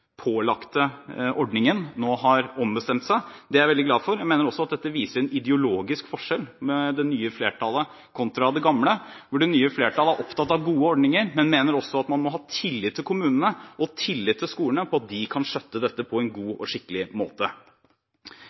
pålagte ordningen – nå har ombestemt seg. Det er jeg veldig glad for. Jeg mener også at dette viser en ideologisk forskjell mellom det nye flertallet kontra det gamle, hvor det nye flertallet er opptatt av gode ordninger, men også mener at man må ha tillit til kommunene og tillit til skolene til at de kan skjøtte dette på en god og skikkelig måte.